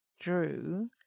drew